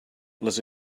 les